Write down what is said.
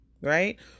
right